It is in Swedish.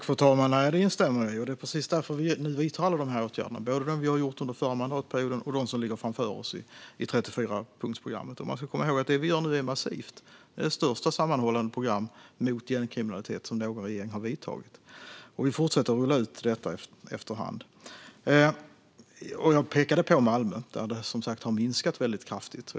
Fru talman! Det instämmer jag i. Det är precis därför som vi nu vidtar alla de här åtgärderna - både de vi har gjort under förra mandatperioden och de som ligger framför oss i 34-punktsprogrammet. Man ska komma ihåg att det vi gör nu är massivt. Det är det största sammanhållna program mot gängkriminalitet som någon regering har vidtagit. Vi fortsätter att rulla ut detta efter hand. Jag pekade på Malmö där det, som sagt, har minskat väldigt kraftigt.